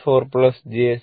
4 j 0